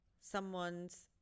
someone's